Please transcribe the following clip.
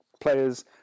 players